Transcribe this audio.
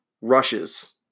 rushes